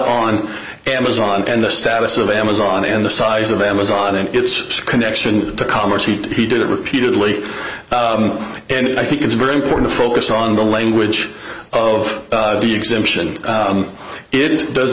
on amazon and the status of amazon and the size of amazon and its connection to commerce he did it repeatedly and i think it's very important to focus on the language of the exemption it does